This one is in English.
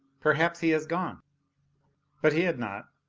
perhaps he has gone but he had not.